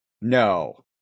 no